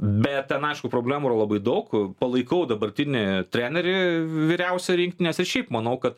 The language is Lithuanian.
bet ten aišku problemų yra labai daug palaikau dabartinį trenerį vyriausią rinktinės ir šiaip manau kad